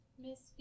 Miss